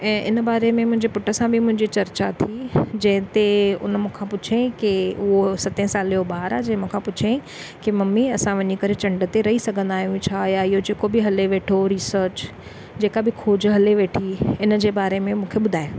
ऐं इन बारे में मुंहिंजे पुट सां बि मुंहिंजी चर्चा थी जंहिंते उन मूंखा पुछियईं की उहो सते साले जो ॿारु आहे जंहिं मूंखा पुछियईं की ममी असां वञी करे चंड ते रही सघंदा आहियूं छा या इहो जेको बि हले वेठो रिसर्च जेका बि खोजु हले वेठी इन जे बारे में मूंखे ॿुधाए